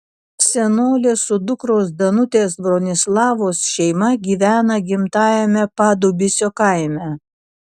senolė su dukros danutės bronislavos šeima gyvena gimtajame padubysio kaime